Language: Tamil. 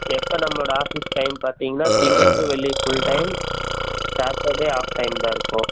எப்போ நம்மளோடய ஆஃபீஸ் டைம் பார்த்தீங்கன்னா திங்கள் டு வெள்ளி full time Saturday half time தான் இருக்கும்